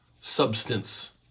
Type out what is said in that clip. substance